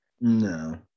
No